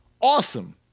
Awesome